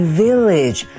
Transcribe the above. village